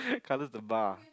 colours the bar